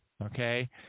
Okay